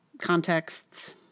contexts